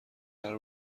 قرار